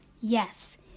Yes